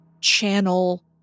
channel